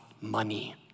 money